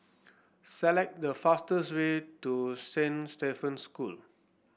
select the fastest way to Saint Stephen's School